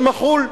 אמיר מח'ול,